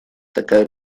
такая